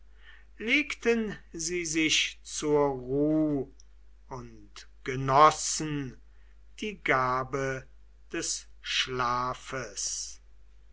legten sie sich zur ruh und genossen die gabe des schlafes